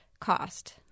cost